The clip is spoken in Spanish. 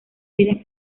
vida